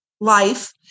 life